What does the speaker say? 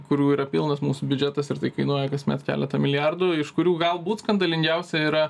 kurių yra pilnas mūsų biudžetas ir tai kainuoja kasmet keletą milijardų iš kurių galbūt skandalingiausia yra